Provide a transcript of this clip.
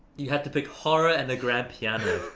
you had to pick horror and the grand piano.